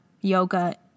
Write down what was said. yoga